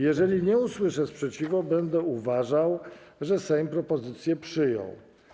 Jeżeli nie usłyszę sprzeciwu, będą uważał, że Sejm propozycję przyjął.